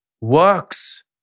works